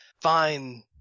fine